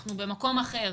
שאנחנו במקום אחר